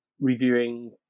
reviewing